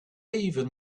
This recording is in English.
even